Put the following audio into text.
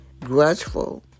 grudgeful